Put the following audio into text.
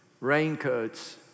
raincoats